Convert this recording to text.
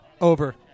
Over